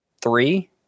three